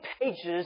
pages